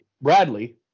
Bradley